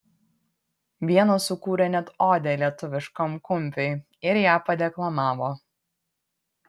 vienas sukūrė net odę lietuviškam kumpiui ir ją padeklamavo